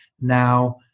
now